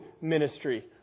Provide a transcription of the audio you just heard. ministry